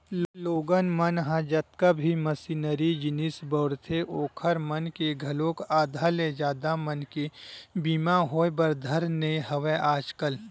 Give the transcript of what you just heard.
लोगन मन ह जतका भी मसीनरी जिनिस बउरथे ओखर मन के घलोक आधा ले जादा मनके बीमा होय बर धर ने हवय आजकल